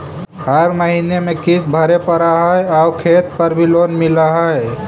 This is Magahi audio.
हर महीने में किस्त भरेपरहै आउ खेत पर भी लोन मिल है?